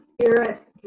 Spirit